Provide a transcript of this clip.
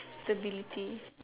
ability